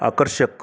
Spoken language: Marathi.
आकर्षक